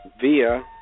via